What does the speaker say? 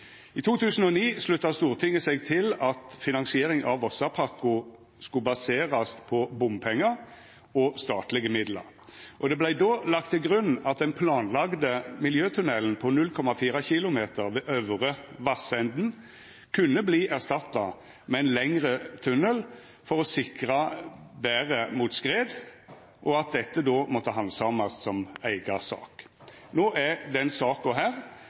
I 2009 slutta Stortinget seg til at finansiering av Vossapakko skulle baserast på bompengar og statlege midlar. Det vart då lagt til grunn at den planlagde miljøtunnelen på 0,4 km ved Øvre Vassenden kunne verta erstatta med ein lengre tunnel for å sikra betre mot skred, og at dette måtte handsamast som eiga sak. Nå er den saka her,